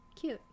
Cute